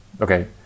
okay